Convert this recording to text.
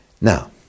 Now